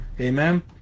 amen